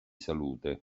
salute